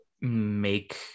make